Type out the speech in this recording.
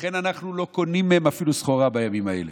ולכן אנחנו אפילו לא קונים מהם סחורה בימים האלה.